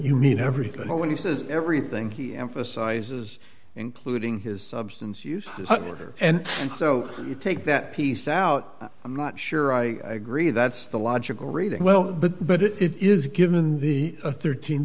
you mean everything when he says everything he emphasizes including his substance use letter and so you take that piece out i'm not sure i agree that's the logical reading well but but it is given in the thirteen